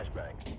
bank